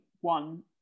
one